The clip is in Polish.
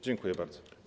Dziękuję bardzo.